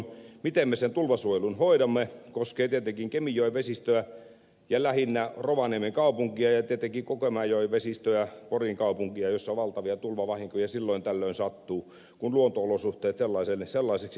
se miten me sen tulvasuojelun hoidamme koskee tietenkin kemijoen vesistöä ja lähinnä rovaniemen kaupunkia ja tietenkin kokemäenjoen vesistöä porin kaupunkia jossa valtavia tulvavahinkoja silloin tällöin sattuu kun luonto olosuhteet sellaiseksi menevät keväällä